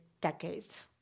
decades